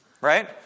Right